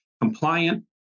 compliant